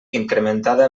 incrementada